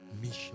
mission